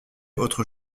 autre